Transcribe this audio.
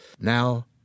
now